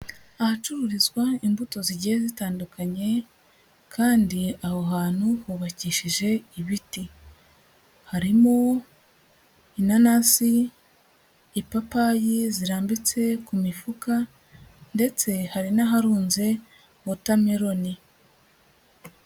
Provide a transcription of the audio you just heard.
Ahacururizwa imbuto zigiye zitandukanye kandi aho hantu hubakishije ibiti, harimo inanasi, ipapayi zirambitse ku mifuka ndetse hari n'aharunze watermelon.